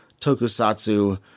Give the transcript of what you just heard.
Tokusatsu